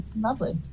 lovely